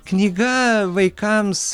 knyga vaikams